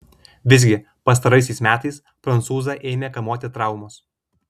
visgi pastaraisiais metais prancūzą ėmė kamuoti traumos